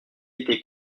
été